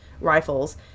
rifles